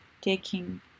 taking